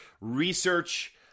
research